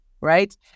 right